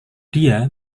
dia